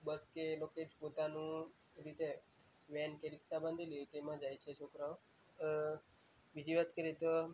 બસ કે લોકેટ પોતાનું રીતે વેન કે રિક્ષા બાંધેલી હોય તેમાં જાય છે છોકરાંઓ બીજી વાત કરી તો